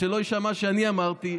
אז שלא יישמע שאני אמרתי.